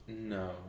No